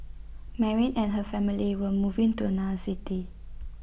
Mary and her family were moving to another city